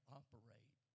operate